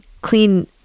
clean